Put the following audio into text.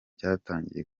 cyatangiye